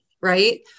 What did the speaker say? right